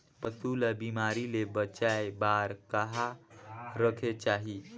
पशु ला बिमारी ले बचाय बार कहा रखे चाही?